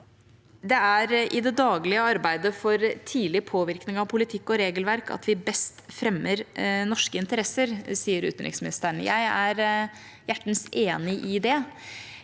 «Det er i det daglige arbeidet for tidlig påvirkning av politikk og regelverk at vi best fremmer norske interesser», sier utenriksministeren. Jeg er hjertens enig i det.